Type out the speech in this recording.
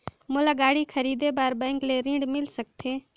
मोला गाड़ी खरीदे बार बैंक ले ऋण मिल सकथे?